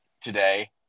today